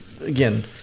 again –